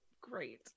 Great